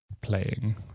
playing